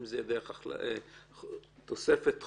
אם זה יהיה דרך תוספת חוק,